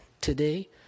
today